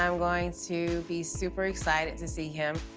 i'm going to be super-excited to see him,